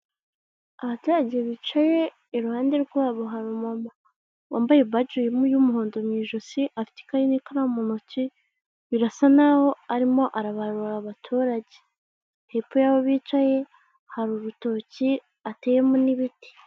Abaturage bicaye, iruhande rwabo hari umuntu wambaye baji y'umuhondo mu ijosi, afite ikaye n'ikaramu mu ntoki, birasa n'aho arimo arabarura abaturage, hepfo y'aho bicaye hari urutoki, hateyemo n'ibiti.